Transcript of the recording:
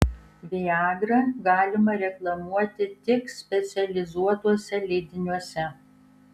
viagrą galima reklamuoti tik specializuotuose leidiniuose